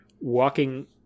walking